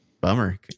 Bummer